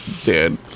Dude